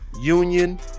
Union